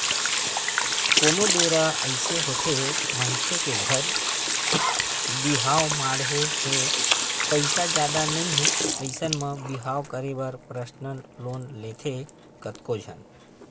कोनो बेरा अइसे होथे मनखे के घर बिहाव माड़हे हे पइसा जादा नइ हे अइसन म बिहाव करे बर परसनल लोन लेथे कतको झन